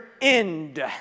end